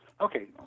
Okay